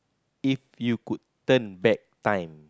if you could turn back time